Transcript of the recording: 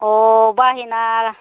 अ बाहेना